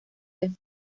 vez